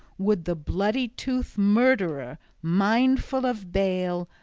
would the bloody-toothed murderer, mindful of bale,